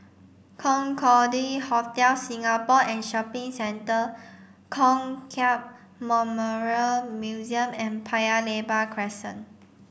Concorde Hotel Singapore and Shopping Centre Kong Hiap Memorial Museum and Paya Lebar Crescent